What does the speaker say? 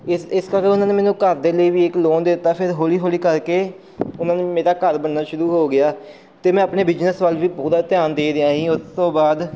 ਇਸ ਇਸ ਕਰਕੇ ਉਹਨਾਂ ਨੇ ਮੈਨੂੰ ਘਰ ਦੇ ਲਈ ਵੀ ਇੱਕ ਲੋਨ ਦਿੱਤਾ ਫਿਰ ਹੌਲੀ ਹੌਲੀ ਕਰਕੇ ਉਹਨਾਂ ਨੂੰ ਮੇਰਾ ਘਰ ਬਣਨਾ ਸ਼ੁਰੂ ਹੋ ਗਿਆ ਅਤੇ ਮੈਂ ਆਪਣੇ ਬਿਜਨਸ ਵੱਲ ਵੀ ਬਹੁਤਾ ਧਿਆਨ ਦੇ ਰਿਹਾ ਸੀ ਉਸ ਤੋਂ ਬਾਅਦ